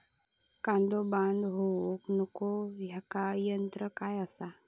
कांदो बाद होऊक नको ह्याका तंत्र काय असा?